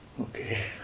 Okay